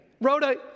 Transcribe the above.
Rhoda